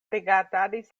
rigardadis